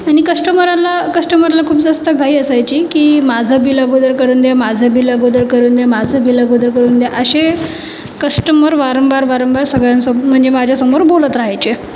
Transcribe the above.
आणि कस्टमराला कस्टमरला खूप जास्त घाई असायची की माझं बिल अगोदर करून द्या माझं बिल अगोदर करून द्या माझं बिल अगोदर करून द्या असे कस्टमर वारंवार वारंवार सगळ्यांसमोर म्हणजे माझ्यासमोर बोलत रहायचे